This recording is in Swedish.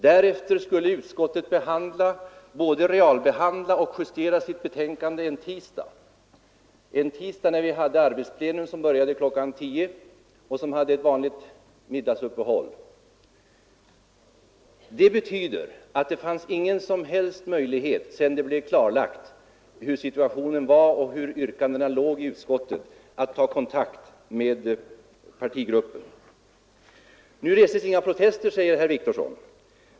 Därefter skulle utskottet både realbehandla och justera sitt betänkande en tisdag, när vi hade arbetsplenum som började kl. 10.00 och vanligt middagsuppehåll. Detta betydde att när det stod klart hurudan situationen var och hur yrkandena låg i utskottet fanns ingen som helst möjlighet att ta kontakt med partigruppen. Men ni reste inga protester, säger herr Wictorsson.